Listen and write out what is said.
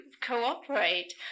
cooperate